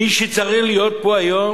מי שצריך להיות פה היום